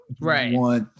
Right